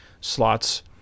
slots